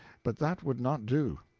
but that would not do.